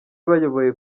bayoboye